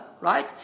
right